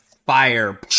Fire